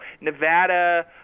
Nevada